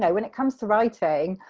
when it comes to writing,